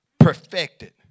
Perfected